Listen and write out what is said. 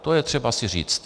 To je třeba si říct.